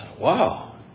Wow